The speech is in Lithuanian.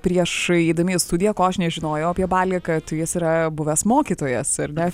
prieš eidami į studiją ko aš nežinojau apie balį kad jis yra buvęs mokytojas ar ne